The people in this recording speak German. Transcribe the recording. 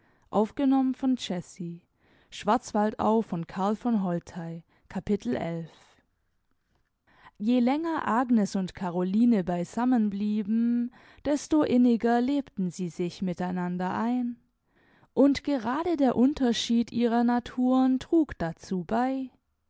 capitel je länger agnes und caroline beisammen blieben desto inniger lebten sie sich miteinander ein und gerade der unterschied ihrer naturen trug dazu bei